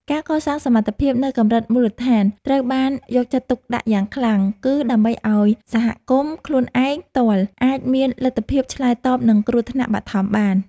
ការកសាងសមត្ថភាពនៅកម្រិតមូលដ្ឋានត្រូវបានយកចិត្តទុកដាក់យ៉ាងខ្លាំង គឺដើម្បីឱ្យសហគមន៍ខ្លួនឯងផ្ទាល់អាចមានលទ្ធភាពឆ្លើយតបនឹងគ្រោះថ្នាក់បឋមបាន។